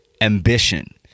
ambition